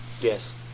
Yes